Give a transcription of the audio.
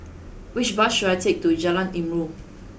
which bus should I take to Jalan Ilmu